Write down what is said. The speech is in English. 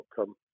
outcome